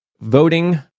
voting